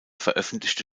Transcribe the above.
veröffentlichte